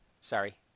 Sorry